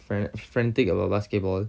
fran~ frantic about basketball